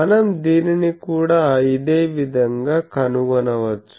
మనం దీనిని కూడా ఇదే విధంగా కనుగొనవచ్చు